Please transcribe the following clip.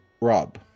Rob